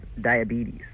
diabetes